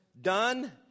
done